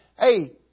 hey